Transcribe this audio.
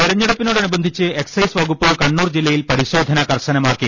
തെരഞ്ഞെടുപ്പിനോടനുബന്ധിച്ച് excise വകുപ്പ് കണ്ണൂർ ജില്ലയിൽ പരിശോധന കർശനമാക്കി